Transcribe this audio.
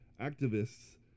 Activists